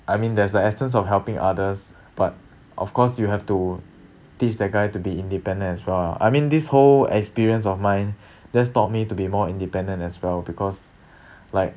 I mean there's the essence of helping others but of course you have to teach that guy to be independent as well ah I mean this whole experience of mine just taught me to be more independent as well because like